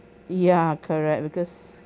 ya correct because